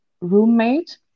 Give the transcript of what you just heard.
roommate